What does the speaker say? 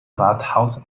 rathaus